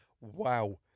Wow